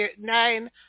nine